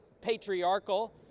patriarchal